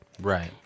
Right